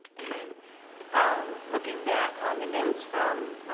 and um looking back on the notes from